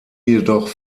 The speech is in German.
jedoch